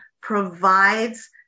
provides